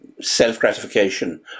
self-gratification